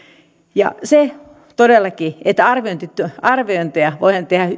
ja se todellakin että arviointeja voidaan tehdä